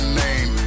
name